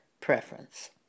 preference